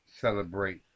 celebrate